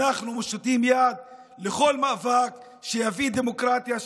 אנחנו מושיטים יד לכל מאבק שיביא דמוקרטיה,